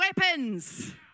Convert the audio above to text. weapons